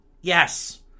yes